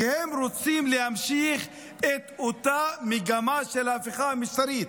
כי הם רוצים להמשיך את אותה מגמה של ההפיכה המשטרית.